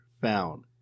found